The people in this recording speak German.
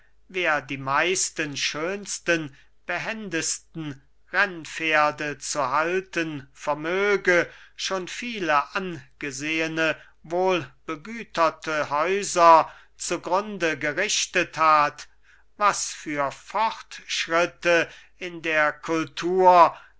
wer die meisten schönsten und behendesten rennpferde zu halten vermöge schon viele angesehene wohlbegüterte häuser zu grunde gerichtet hat was für fortschritte in der kultur